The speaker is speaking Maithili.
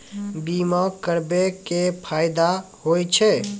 बीमा करबै के की फायदा होय छै?